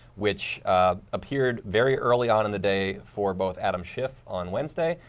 which appeared very early on in the day for both adam schiff on wednesday,